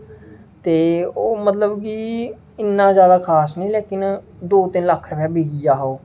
ते ओह् मतलब कि इ'न्ना जादा खास नेईं लेकिन दो तिन्न लक्ख रपेऽ दा बिकी गेआ हा ओह्